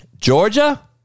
Georgia